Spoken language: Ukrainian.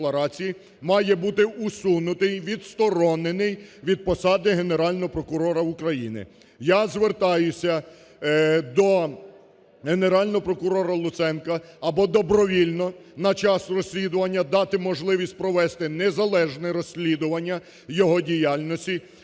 має бути усунутий, відсторонений від посади Генерального прокурора України. Я звертаюся до Генерального прокурора Луценка або добровільно на час розслідування, дати можливість провести незалежне розслідування його діяльності,